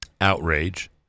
outrage